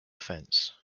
fence